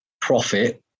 profit